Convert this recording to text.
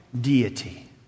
deity